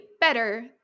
better